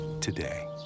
today